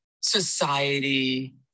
society